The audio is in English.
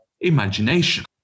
imagination